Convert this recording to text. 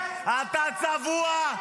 אתה צבוע.